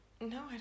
no